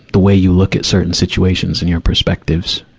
the way you look at certain situations and your perspectives.